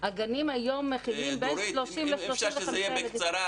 אם אפשר שזה יהיה בקצרה.